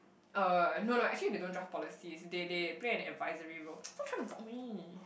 uh no no actually they don't draft policies they they play an advisory role stop trying to poke me